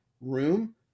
room